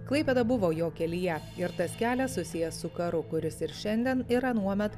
klaipėda buvo jo kelyje ir tas kelias susijęs su karu kuris ir šiandien ir anuomet